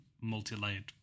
multi-layered